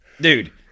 Dude